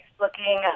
looking